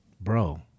bro